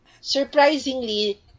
Surprisingly